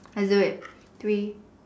has a wait three